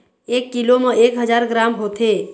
एक कीलो म एक हजार ग्राम होथे